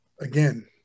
again